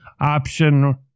option